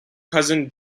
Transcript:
cousin